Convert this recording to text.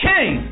King